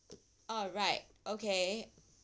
oh right okay